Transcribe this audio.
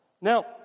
Now